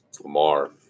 Lamar